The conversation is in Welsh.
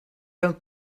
gael